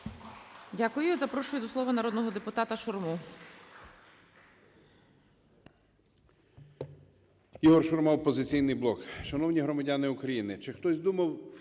Дякую. Запрошую до слова народного депутата Романову.